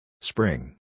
Spring